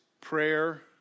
prayer